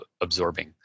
absorbing